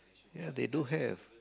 ya they do have